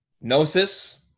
Gnosis